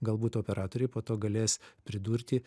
galbūt operatoriai po to galės pridurti